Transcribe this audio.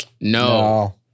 No